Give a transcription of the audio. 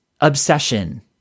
obsession